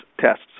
tests